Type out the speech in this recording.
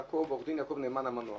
עורך דין יעקב נאמן המנוח,